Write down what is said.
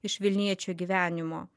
iš vilniečių gyvenimo